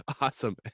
awesome